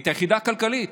את היחידה הכלכלית.